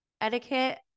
etiquette